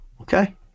Okay